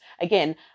again